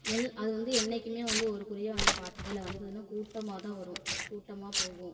L அது வந்து என்றைக்குமே வந்து ஒரு குருவியாக வந்து பார்த்ததில்ல வந்ததுன்னா கூட்டமாக தான் வரும் கூட்டமாக போகும்